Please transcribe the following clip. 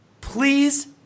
Please